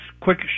quick